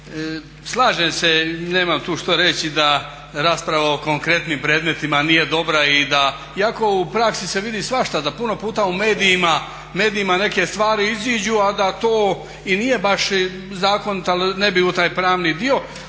slažem se i nema što tu reći da rasprava o konkretnim predmetima nije dobra i da iako u praksi se vidi svašta da puno puta u medijima neke stvari iziđu, a da to i nije baš zakonito, ali ne bi u taj pravni dio.